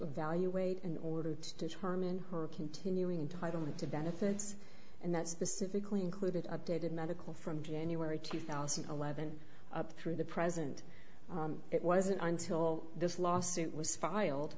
evaluate in order to determine her continuing titling to benefits and that specifically included updated medical from january two thousand and eleven up through the present it wasn't until this lawsuit was filed